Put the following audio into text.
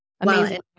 amazing